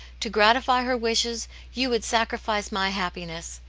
to gratify her wishes you would sacrifice my happiness.